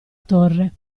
torre